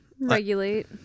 Regulate